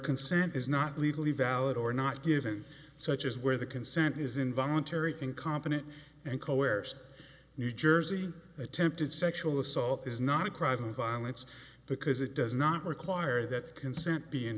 consent is not legally valid or not given such as where the consent is involuntary incompetent and co heirs new jersey attempted sexual assault is not private violence because it does not require that consent be in